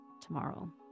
tomorrow